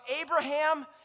abraham